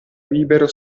libero